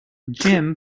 jim